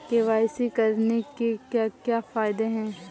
KYC करने के क्या क्या फायदे हैं?